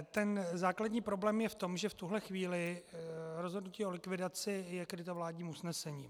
Ten základní problém je v tom, že v tuhle chvíli je rozhodnutí o likvidaci kryto vládním usnesením.